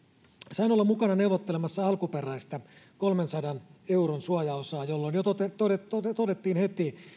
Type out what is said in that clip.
sain olla mukana neuvottelemassa alkuperäistä kolmensadan euron suojaosaa jolloin jo todettiin heti